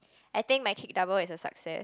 I think my kick double is a success